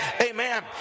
Amen